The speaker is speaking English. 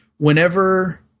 Whenever